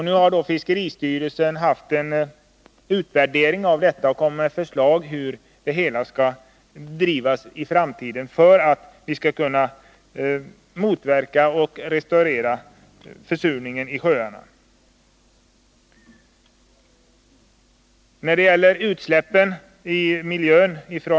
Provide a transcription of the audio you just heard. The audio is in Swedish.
Nu har fiskeristyrelsen gjort en utvärdering av kalkningsverksamheten och kommit med förslag till hur detta arbete i framtiden skall drivas för att vi skall kunna motverka försurningen i sjöarna och restaurera redan försurade sjöar.